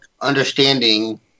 understanding